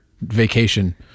vacation